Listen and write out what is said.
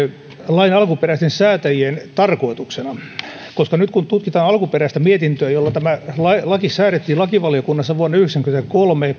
lain alkuperäisten säätäjien tarkoituksena nyt kun tutkitaan alkuperäistä lakiesitystä kun tämä laki säädettiin lakivaliokunnassa vuonna yhdeksänkymmentäkolme